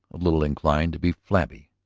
a little inclined to be flabby.